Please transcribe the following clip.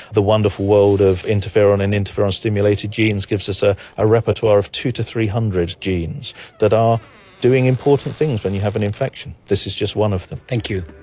the wonderful world of interferon and interferon stimulated genes gives us a ah repertoire of two hundred to three hundred genes that are doing important things when you have an infection. this is just one of them. thank you.